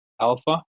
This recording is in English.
Alpha